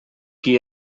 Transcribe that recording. qui